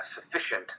sufficient